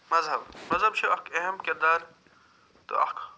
مذہب مذہب چھُ اکھ اہم کِردار تہٕ اکھ